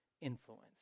influence